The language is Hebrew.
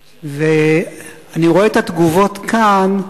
ואני רואה את התגובות כאן,